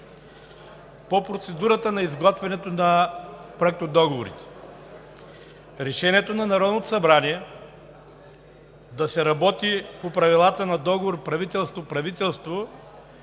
По процедурата за изготвяне на проектодоговорите Решението на Народното събрание да се работи по правилата на договора – правителство с правителство,